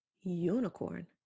Unicorn